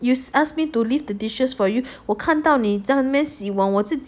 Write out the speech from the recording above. you ask me to leave the the dishes for you 我看到你在那边洗碗我自己